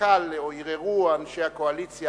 הרהרו אנשי הקואליציה